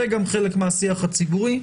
זה גם חלק מהשיח הציבורי.